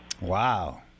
Wow